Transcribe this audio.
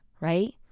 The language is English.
right